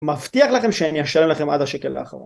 מבטיח לכם שאני אשלם לכם עד השקל האחרון.